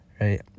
right